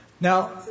Now